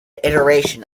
iteration